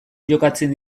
jokatzen